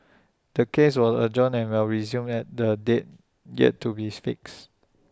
the case was adjourned and will resume at A date yet to bees fixed